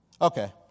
Okay